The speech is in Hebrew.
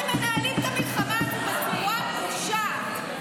אתם מנהלים את המלחמה הזאת בצורה פושעת.